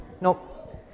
Nope